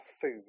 food